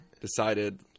Decided